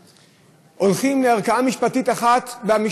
לאחר שהקבורה התעכבה ביומיים בגלל דרישת